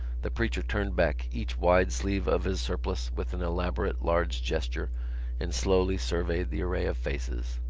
the preacher turned back each wide sleeve of his surplice with an elaborate large gesture and slowly surveyed the array of faces.